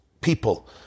people